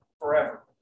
forever